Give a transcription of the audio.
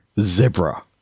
Zebra